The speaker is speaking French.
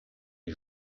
les